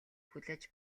хүлээж